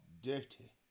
Dirty